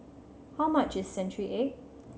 how much is century egg